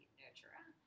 nurturer